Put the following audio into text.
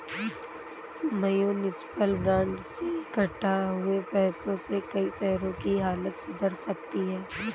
municipal bond से इक्कठा हुए पैसों से कई शहरों की हालत सुधर सकती है